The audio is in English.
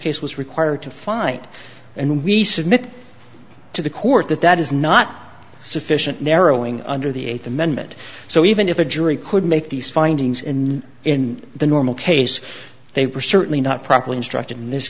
case was required to find and we submit to the court that that is not sufficient narrowing under the eighth amendment so even if a jury could make these findings and in the normal case they were certainly not properly instructed in this